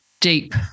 Deep